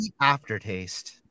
aftertaste